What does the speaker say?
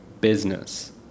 business